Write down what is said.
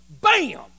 Bam